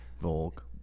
Volk